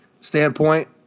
standpoint